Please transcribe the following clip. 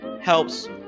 helps